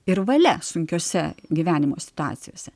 ir valia sunkiose gyvenimo situacijose